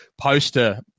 Poster